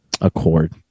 Accord